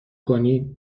کنی